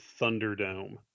Thunderdome